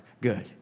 good